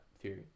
theory